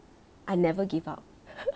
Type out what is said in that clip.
I never give up